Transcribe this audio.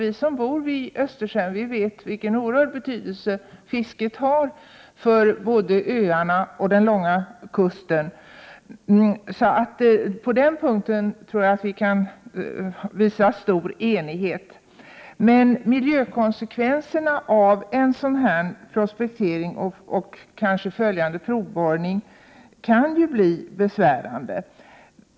Vi som bor vid Östersjön vet vilken stor betydelse fisket har — det gäller både öarna och den långa kusten. På den punkten tror jag att vi kan uppvisa fullständig enighet. Men miljökonsekvenserna av en oljeprospektering och en följande provborrning kan ju bli besvärande.